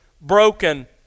broken